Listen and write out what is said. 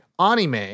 anime –